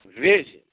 vision